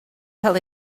cael